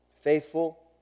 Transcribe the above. faithful